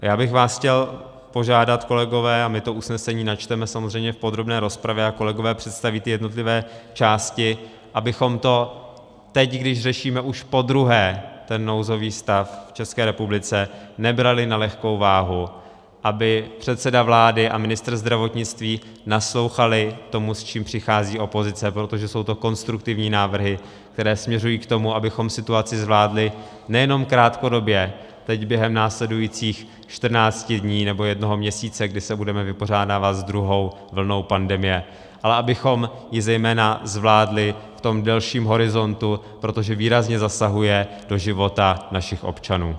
Já bych vás chtěl požádat, kolegové a my to usnesení samozřejmě načteme v podrobné rozpravě a kolegové představí ty jednotlivé části abychom to teď, když řešíme už podruhé ten nouzový stav v České republice, nebrali na lehkou váhu, aby předseda vlády a ministr zdravotnictví naslouchali tomu, s čím přichází opozice, protože jsou to konstruktivní návrhy, které směřují k tomu, abychom situaci zvládli nejenom krátkodobě teď, během následujících 14 dní nebo jednoho měsíce, kdy se budeme vypořádávat s druhou vlnou pandemie, ale abychom ji zejména zvládli v tom delším horizontu, protože výrazně zasahuje do života našich občanů.